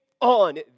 on